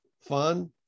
fun